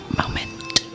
moment